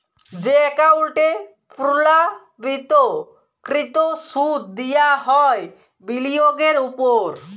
যে একাউল্টে পুর্লাবৃত্ত কৃত সুদ দিয়া হ্যয় বিলিয়গের উপর